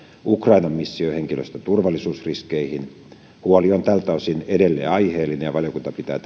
ukrainan mission henkilöstön turvallisuusriskeihin huoli on tältä osin edelleen aiheellinen ja valiokunta pitää